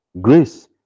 Grace